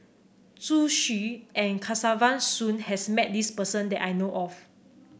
Zhu Xu and Kesavan Soon has met this person that I know of